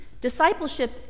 Discipleship